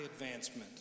advancement